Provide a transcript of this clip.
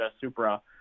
Supra